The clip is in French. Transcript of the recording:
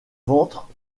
ventre